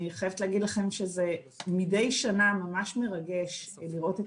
אני חייבת להגיד לכם שזה מידי שנה ממש מרגש לראות את